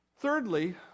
Thirdly